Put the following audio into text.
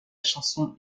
chanson